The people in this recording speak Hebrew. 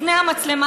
לפני המצלמה.